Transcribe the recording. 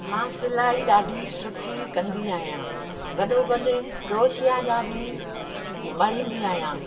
मां सिलाई ॾाढी सुठी कंदी आहियां गॾो गॾु क्रोशिया जा बि मणींदी आहियां